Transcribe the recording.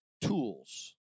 tools